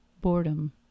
boredom